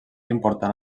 important